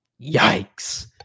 Yikes